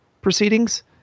proceedings